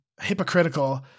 hypocritical